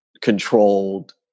controlled